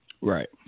right